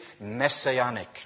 messianic